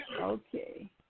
Okay